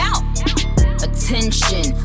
Attention